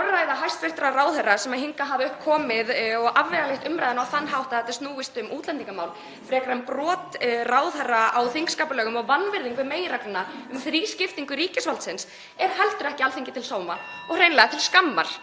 Orðræða hæstv. ráðherra sem hingað hafa komið og afvegaleitt umræðuna á þann hátt að þetta snúist um útlendingamál frekar en brot ráðherra á þingskapalögum (Forseti hringir.) og vanvirðingu við meginregluna um þrískiptingu ríkisvaldsins, er heldur ekki Alþingi til sóma og hreinlega til skammar.